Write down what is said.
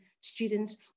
students